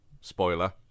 spoiler